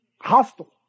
hostile